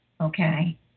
Okay